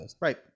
right